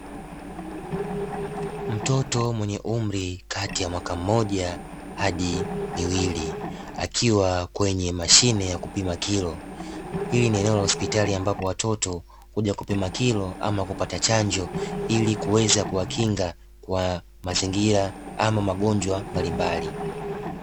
Mtoto mwenye umri kati ya mwaka mmoja hadi miwili akiwa kwenye mashine ya kupima kilo ili ni eneo la hospitali, ambapo watoto hujakupima kilo ama kupata chanjo, ili kuweza kuwakinga kwa mazingira au magonjwa mbalimbali.